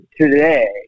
today